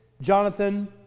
Jonathan